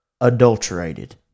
adulterated